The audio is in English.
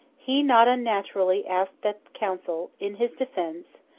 he, not unnaturally, asked that council, in his defence,